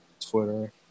Twitter